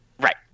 Right